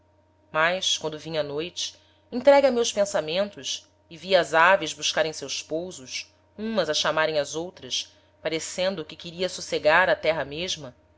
mas quando vinha a noite entregue a meus pensamentos e via as aves buscarem seus pousos umas chamarem as outras parecendo que queria sossegar a terra mesma